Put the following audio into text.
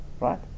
right